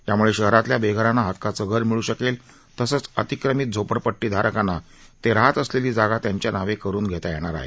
यामुळे शहरातल्या बेघरांना हक्काचं घर मिळू शकेल तसंच अतिक्रमीत झोपडपट्टीधारकांना ते राहात असलेली जागा त्यांच्या नावे करून घेता येणार आहे